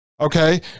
Okay